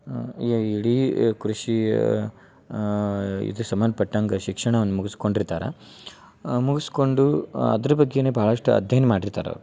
ಏ ಇಡೀ ಕೃಷಿಯ ಇದು ಸಂಬಂಧ್ಪಟ್ಟಂಗ ಶಿಕ್ಷಣವನ್ನ ಮುಗ್ಸ್ಕೊಂಡು ಇರ್ತಾರೆ ಮುಗ್ಸ್ಕೊಂಡು ಅದ್ರ ಬಗ್ಗೆನೆ ಭಾಳಷ್ಟು ಅಧ್ಯಯನ ಮಾಡಿರ್ತಾರೆ ಅವ್ರು